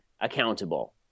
accountable